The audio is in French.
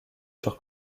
sur